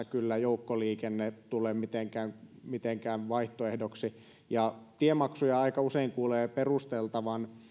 kyllä joukkoliikenne tule mitenkään mitenkään vaihtoehdoksi tiemaksuja aika usein kuulee perusteltavan